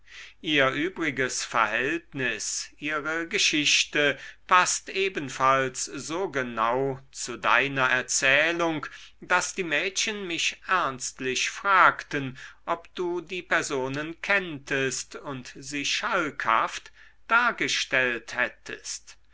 ihr übriges verhältnis ihre geschichte paßt ebenfalls so genau zu deiner erzählung daß die mädchen mich ernstlich fragten ob du die personen kenntest und sie schalkhaft dargestellt hättest